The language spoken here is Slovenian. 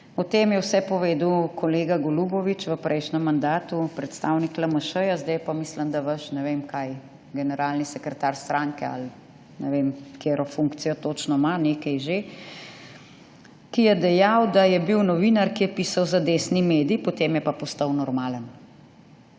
O tem je vse povedal kolega Golubovič v prejšnjem mandatu, predstavnik LMŠ, zdaj je pa, mislim da, vaš ne vem kaj, generalni sekretar stranke ali ne vem, katero funkcijo točno ima, nekaj že, ki je dejal, da je bil novinar, ki je pisal za desni medij, potem je pa postal normalen.